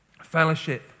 Fellowship